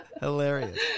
Hilarious